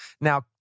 Now